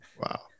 Wow